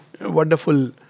wonderful